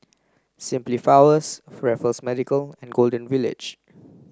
Simply Flowers Medical and Golden Village